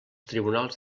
tribunals